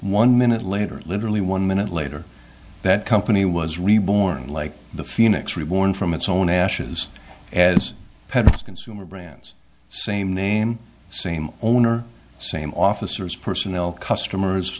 one minute later literally one minute later that company was reborn like the phoenix reborn from its own ashes as head of consumer brands same name same owner same officers personnel customers